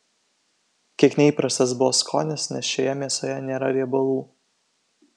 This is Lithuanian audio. kiek neįprastas buvo skonis nes šioje mėsoje nėra riebalų